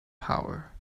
power